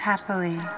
Happily